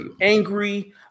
angry